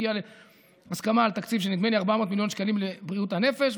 הגיע להסכמה על תקציב של 400 מיליון שקלים לבריאות הנפש,